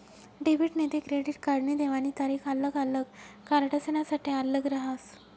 debit नैते credit कार्डनी देवानी तारीख आल्लग आल्लग कार्डसनासाठे आल्लग रहास